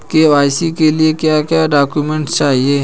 KYC के लिए क्या क्या डॉक्यूमेंट चाहिए?